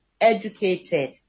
educated